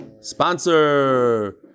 Sponsor